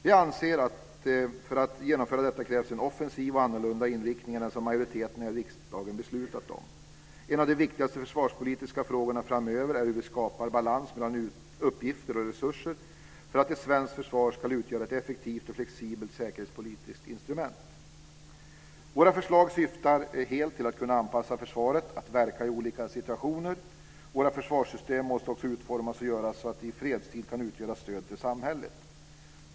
Vi anser att för att genomföra detta krävs en offensiv och annorlunda inriktning än den som majoriteten här i riksdagen beslutat om. En av de viktigaste försvarspolitiska frågorna framöver är hur vi skapar balans mellan uppgifter och resurser för att ett svenskt försvar ska utgöra ett effektivt och flexibelt säkerhetspolitiskt instrument. Vårt förslag syftar helt till att kunna anpassa försvaret för att verka i olika situationer. Våra försvarssystem måste också utformas och göras så att de i fredstid kan utgöra stöd till samhället.